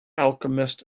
alchemist